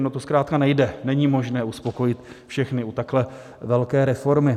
To zkrátka nejde, není možné uspokojit všechny u takhle velké reformy.